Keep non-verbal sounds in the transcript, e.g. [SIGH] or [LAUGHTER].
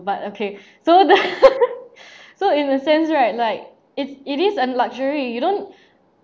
but okay so the [LAUGHS] so in a sense right like it's it is a luxury you don't